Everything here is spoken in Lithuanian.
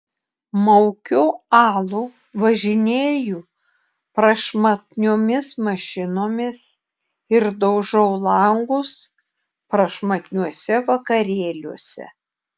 maukiu alų važinėju prašmatniomis mašinomis ir daužau langus prašmatniuose vakarėliuose